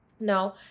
Now